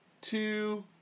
two